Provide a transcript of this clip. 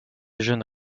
jeune